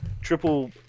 triple